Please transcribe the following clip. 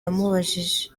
yamubajije